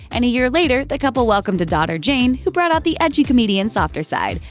and a year later, the couple welcomed a daughter, jane, who brought out the edgy comedian's softer side,